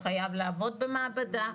הוא חייב לעבוד במעבדה,